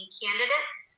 candidates